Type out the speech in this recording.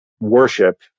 worship